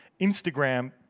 Instagram